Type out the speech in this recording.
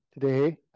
today